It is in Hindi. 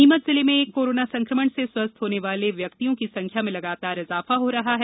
नीमच जिले में कोरोना संक्रमण से स्वस्थ होने वाले व्यक्तियों की संख्या में लगातार इजाफा हो रहा है